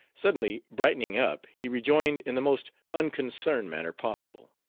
suddenly brightening up, he rejoined in the most unconcerned manner possible